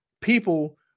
people